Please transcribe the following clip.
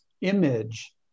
image